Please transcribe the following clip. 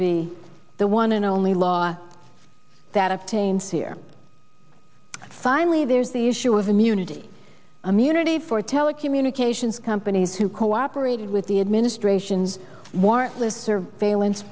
be the one and only law that of pain fear finally there's the issue of immunity immunity for telecommunications companies who cooperated with the administration's warrantless surveillance